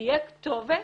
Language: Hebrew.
תהיה כתובת